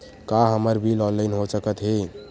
का हमर bill online हो सकत हे?